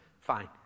fine